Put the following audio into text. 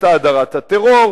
את האדרת הטרור,